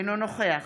אינו נוכח